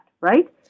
right